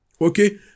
Okay